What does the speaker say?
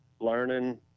learning